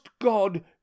god